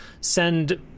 send